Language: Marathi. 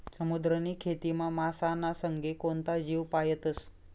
समुद्रनी खेतीमा मासाना संगे कोणता जीव पायतस?